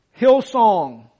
Hillsong